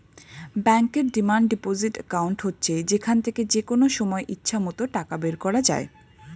ব্যাংকের demand deposit account হচ্ছে যেখান থেকে যেকনো সময় ইচ্ছে মত টাকা বের করা যায়